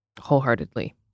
wholeheartedly